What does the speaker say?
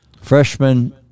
freshman